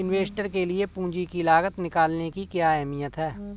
Investor के लिए पूंजी की लागत निकालने की क्या अहमियत है?